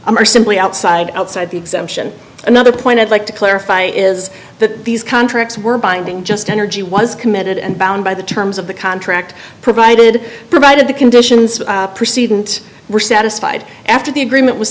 are simply outside outside the exemption another point i'd like to clarify is that these contracts were binding just energy was committed and bound by the terms of the contract provided provided the conditions proceed and were satisfied after the agreement was